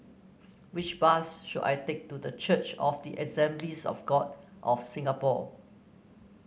which bus should I take to The Church of the Assemblies of God of Singapore